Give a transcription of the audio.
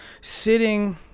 sitting